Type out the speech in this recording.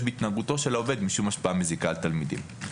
בהתנהגותו של העובד משום השפעה מזיקה על תלמידים.